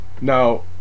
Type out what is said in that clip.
now